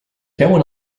veuen